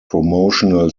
promotional